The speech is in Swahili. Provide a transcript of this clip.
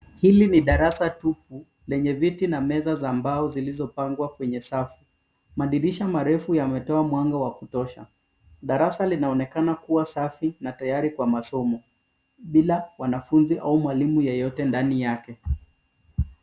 Hili ni darasa tupu lenye viti na meza za mbao zilizopangwa kwenye safu, madirisha marefu yametoa mwanga wa kutosha. Darasa linaonekana kuwa safi na tayari kwa masomo bila wanafunzi au mwalimu yeyote ndani yake.